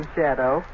Shadow